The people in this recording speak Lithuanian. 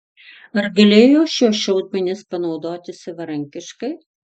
ar galėjo šiuos šaudmenis panaudoti savarankiškai